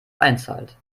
einzahlt